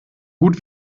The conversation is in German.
gut